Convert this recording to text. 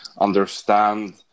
understand